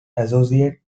associate